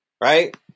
Right